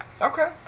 Okay